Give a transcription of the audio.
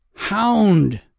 hound